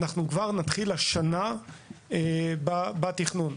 נתחיל כבר השנה בתכנון.